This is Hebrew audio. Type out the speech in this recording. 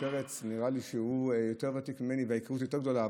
נראה לי שחבר הכנסת עמיר פרץ יותר ותיק ממני וההיכרות יותר גדולה,